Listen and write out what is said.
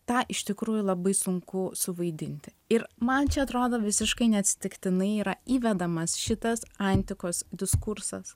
tą iš tikrųjų labai sunku suvaidinti ir man čia atrodo visiškai neatsitiktinai yra įvedamas šitas antikos diskursas